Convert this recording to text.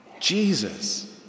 Jesus